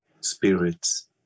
spirits